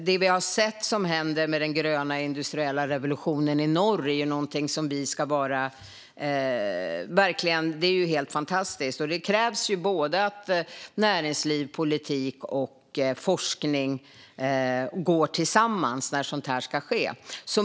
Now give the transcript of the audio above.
Det vi har sett hända med den gröna industriella revolutionen i norr är någonting som verkligen är helt fantastiskt. Det krävs att både näringsliv, politik och forskning går tillsammans när sådant här ska ske.